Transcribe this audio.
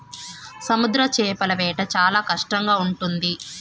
సముద్ర చేపల వేట చాలా కష్టంగా ఉంటుంది